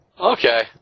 Okay